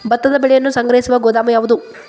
ಭತ್ತದ ಬೆಳೆಯನ್ನು ಸಂಗ್ರಹಿಸುವ ಗೋದಾಮು ಯಾವದು?